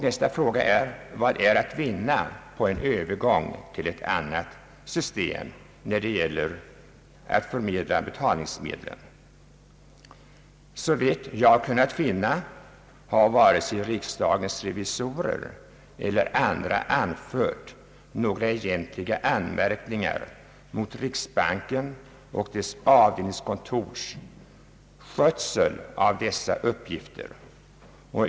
Nästa fråga blir: Vad är att vinna på en övergång till ett annat system, när det gäller att förmedla betalningsmedlen? Såvitt jag kunnat finna har varken riksdagens revisorer eller andra anfört några egentliga anmärkningar mot riksbankens och dess avdelningskontors skötsel av dessa uppgifter.